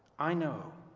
i know